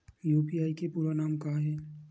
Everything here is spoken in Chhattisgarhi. यू.पी.आई के पूरा नाम का ये?